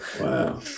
Wow